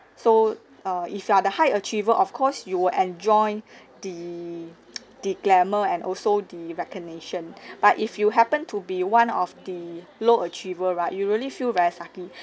so uh if you are the high achiever of course you will enjoy the the glamour and also the recognition but if you happen to be one of the low achiever right you really feel very sucky